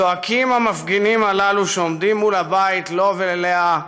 צועקים המפגינים הללו שעומדים מול הבית לו וללאה: